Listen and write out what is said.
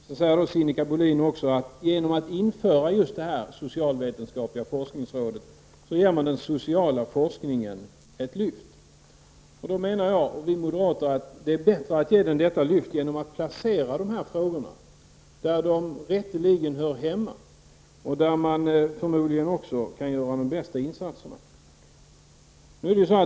Sinikka Bohlin säger också att man genom att införa det socialvetenskapliga forskningsrådet ger den sociala forskningen ett lyft. Då menar vi moderater att det är bättre att ge den detta lyft genom att placera dessa frågor där de rätteligen hör hemma, och där man förmodligen också kan göra de bästa insatserna.